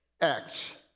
Acts